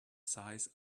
size